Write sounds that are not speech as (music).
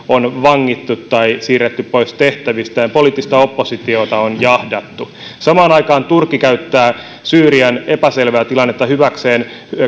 (unintelligible) on vangittu tai siirretty pois tehtävistä ja poliittista oppositiota on jahdattu samaan aikaan turkki käyttää syyrian epäselvää tilannetta hyväkseen